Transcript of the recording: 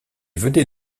venait